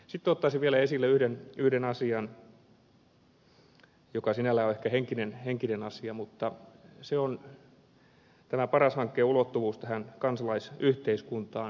sitten ottaisin vielä esille yhden asian joka sinällään on ehkä henkinen asia mutta se on tämän paras hankkeen ulottuvuus tähän kansalaisyhteiskuntaan paikallisdemokratiaan